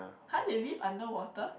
[huh] they lift underwater